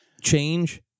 change